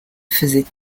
faisait